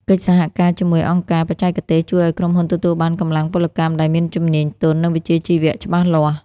កិច្ចសហការជាមួយអង្គការបច្ចេកទេស ជួយឱ្យក្រុមហ៊ុនទទួលបានកម្លាំងពលកម្មដែលមានជំនាញទន់ និងវិជ្ជាជីវៈច្បាស់លាស់។